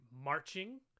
marching